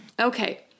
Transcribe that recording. Okay